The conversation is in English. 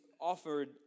offered